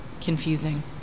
confusing